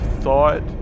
thought